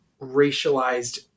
racialized